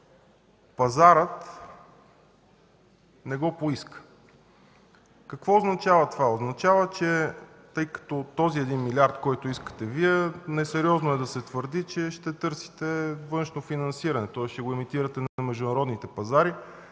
пазарът не го поиска. Какво означава това? Този един милиард, който искате Вие – несериозно е да се твърди, че ще търсите външно финансиране, тоест ще го емитирате на международните пазари.